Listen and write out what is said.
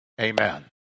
amen